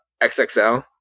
XXL